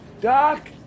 Doc